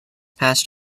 past